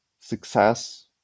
success